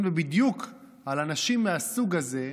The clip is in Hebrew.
ובדיוק על אנשים מהסוג הזה,